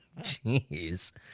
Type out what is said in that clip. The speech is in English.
Jeez